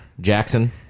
Jackson